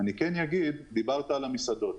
דיברת על המסעדות,